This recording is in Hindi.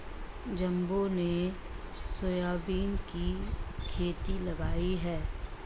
जम्बो ने सोयाबीन की खेती लगाई है